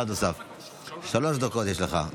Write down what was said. שלוש דקות לרשותך.